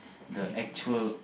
the actual